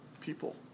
people